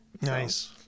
nice